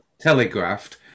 telegraphed